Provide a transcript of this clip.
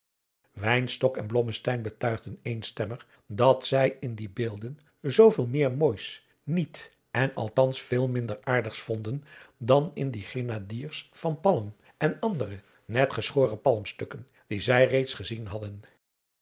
en blommesteyn betuigden eenstemmig dat zij in die beelden zoo veel meer moois niet en althans veel minder aardigs vonden dan in die grenadiers van palm en andere net geschoren palmstukken die zij reeds gezien hadden